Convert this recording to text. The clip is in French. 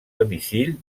domicile